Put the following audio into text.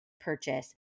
purchase